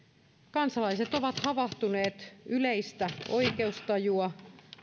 kansalaiset ovat havahtuneet yleistä oikeustajua